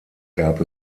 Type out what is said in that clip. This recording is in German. gab